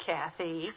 Kathy